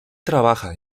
trabaja